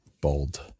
Bold